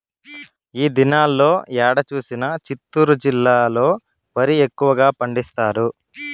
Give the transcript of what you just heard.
ఈ దినాల్లో ఏడ చూసినా చిత్తూరు జిల్లాలో వరి ఎక్కువగా పండిస్తారు